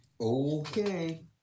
Okay